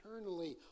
eternally